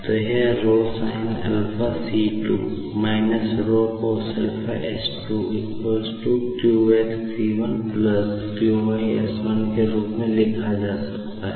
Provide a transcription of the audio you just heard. तो यह ρ sin α c2 − ρ cosα s2 q x c1 q y s1 रूप में लिखा जा सकता है